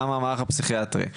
גם המערך הפסיכיאטרי,